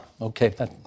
okay